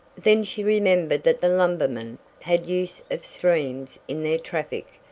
then she remembered that the lumbermen had use of streams in their traffic,